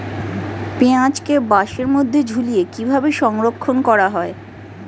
পেঁয়াজকে বাসের মধ্যে ঝুলিয়ে কিভাবে সংরক্ষণ করা হয়?